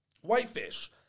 Whitefish